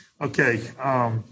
Okay